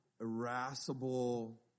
irascible